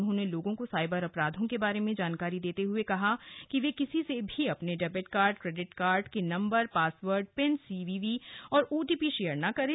उन्होंने लोगों को साइबर अपराधों के बारे में जानकारी देते हुए कहा कि वे किसी से भी अपने डेबिट कार्ड क्रेडिट कार्ड के नंबर पासवर्ड पिन सीवीवी और ओटीपी शेयर न करें